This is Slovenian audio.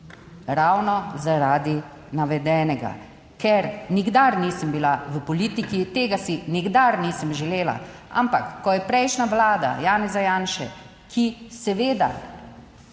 Ravno zaradi navedenega, ker nikdar nisem bila v politiki, tega si nikdar nisem želela, ampak ko je prejšnja vlada Janeza Janše, ki seveda